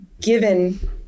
given